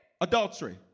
adultery